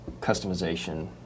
customization